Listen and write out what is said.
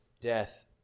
death